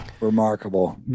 Remarkable